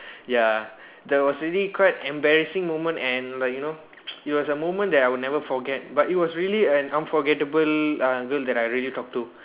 ya that was really quite embarrassing moment and like you know it was a moment that I will never forget but it was really an unforgettable uh girl that I really talk to